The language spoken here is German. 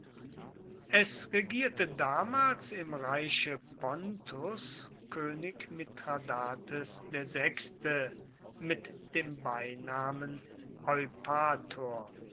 es regierte damals im reiche pontus könig mithradates vi mit dem beinamen eupator